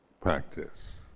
practice